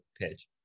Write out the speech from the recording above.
pitch